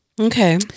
Okay